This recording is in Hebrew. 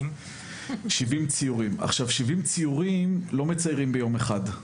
70. 70 ציורים לא מציירים ביום אחד.